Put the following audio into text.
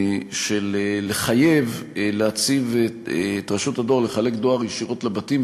של חיוב רשות הדואר לחלק דואר ישירות לבתים,